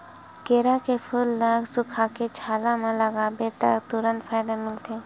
केरा के फूल ल सुखोके छाला म लगाबे त तुरते फायदा मिलथे